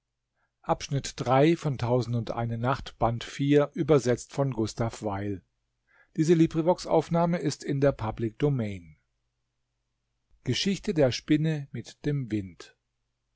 geschichte der spinne mit dem wind